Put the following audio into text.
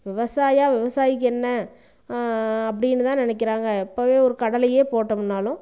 விவசாயா விவசாயிக்கு என்ன அப்படினு தான் நினக்கிறாங்க இப்போவே ஒரு கடலையே போட்டோமுனாலும்